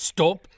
Stop